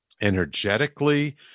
energetically